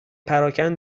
پراکن